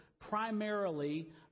primarily